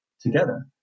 together